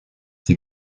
sie